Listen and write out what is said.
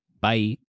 Bye